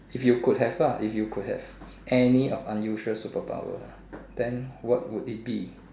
if you could have lah if you could have any of unusual super power then what would it be